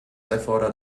erfordert